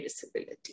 disability